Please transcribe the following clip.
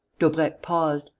daubrecq paused.